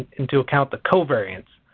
into account the covariance.